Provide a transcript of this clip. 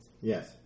Yes